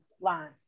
line